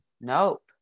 Nope